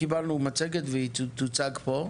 קיבלנו מצגת שתוצג פה,